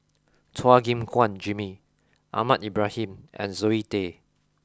Chua Gim Guan Jimmy Ahmad Ibrahim and Zoe Tay